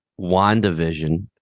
WandaVision